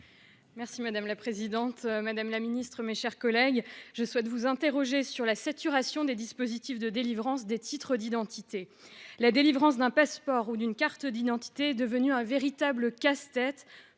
et des outre-mer. Madame la ministre, je souhaite vous interroger sur la saturation des dispositifs de délivrance des titres d'identité. La délivrance d'un passeport ou d'une carte d'identité est devenue un véritable casse-tête